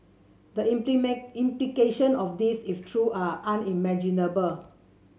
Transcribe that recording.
the implication of this if true are unimaginable